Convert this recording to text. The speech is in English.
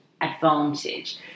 advantage